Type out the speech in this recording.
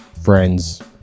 friends